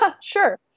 Sure